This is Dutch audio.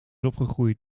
opgegroeid